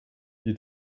die